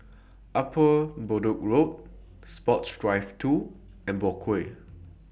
Upper Bedok Road Sports Drive two and Boat Quay